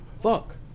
fuck